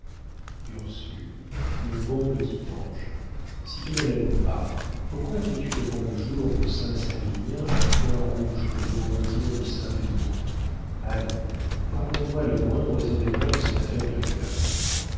ursule mon bon petit ange si tu ne l'aimes pas pourquoi fais-tu devant le jour de saint savinien un point rouge comme devant le jour de saint denis allons raconte-moi les moindres événements de cette affaire de cœur